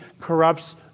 corrupts